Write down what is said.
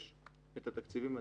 יש את התקציבים הנדרשים.